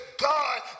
God